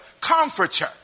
comforter